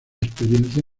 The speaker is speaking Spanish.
experiencia